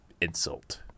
insult